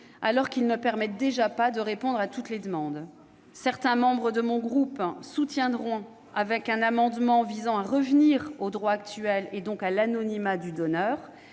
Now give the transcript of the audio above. alors que ceux-ci ne permettent déjà pas de répondre à toutes les demandes. Certains membres de mon groupe soutiendront un amendement visant à revenir au droit actuel, c'est-à-dire à l'anonymat du donneur.